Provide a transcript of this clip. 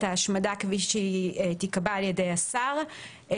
ההשמדה כפי שהיא תיקבע על ידי המנהל.